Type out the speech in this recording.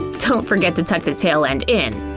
don't forget to tuck the tail end in!